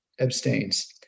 abstains